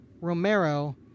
Romero